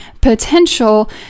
potential